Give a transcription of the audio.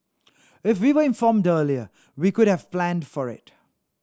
if we were informed earlier we could have planned for it